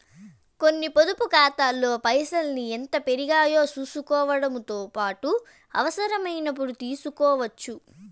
కొన్ని పొదుపు కాతాల్లో పైసల్ని ఎంత పెరిగాయో సూసుకోవడముతో పాటు అవసరమైనపుడు తీస్కోవచ్చు